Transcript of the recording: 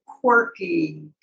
quirky